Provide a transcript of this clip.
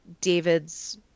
David's